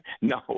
No